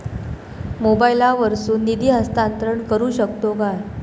मोबाईला वर्सून निधी हस्तांतरण करू शकतो काय?